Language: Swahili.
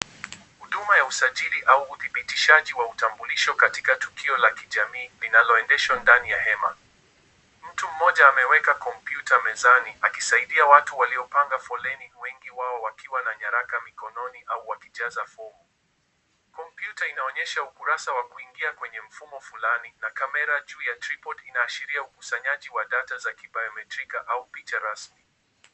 Huduma ya usajili au udhibitishaji wa utambulisho katika tukio la kijamii linaloendeshwa ndani ya hema. Mtu mmoja ameweka kompyuta mezani akisaidia watu waliopanga foleni wengi wao wakiwa na nyaraka mikononi au wakijaza fomu. Kompyuta inaonyesha ukurasa wa kuingia kwenye mfumo fulani na kamera juu ya tripod inaashiria ukusanyaji wa data za kibiometrika au picha rasmi.